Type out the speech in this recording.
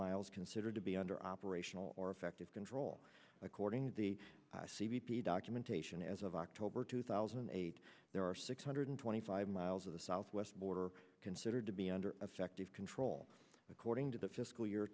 miles considered to be under operational or effective control according the c b p documentation as of october two thousand and eight there are six hundred twenty five miles of the southwest border considered to be under effective control according to the fiscal year